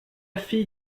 fille